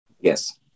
yes